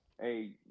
Hey